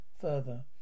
Further